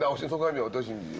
so shiho.